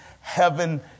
heaven